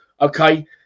okay